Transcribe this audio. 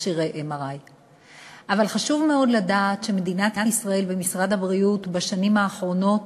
מכשירי MRI. אבל חשוב לדעת שמדינת ישראל ומשרד הבריאות בשנים האחרונות